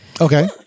Okay